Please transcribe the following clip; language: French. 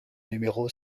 numéro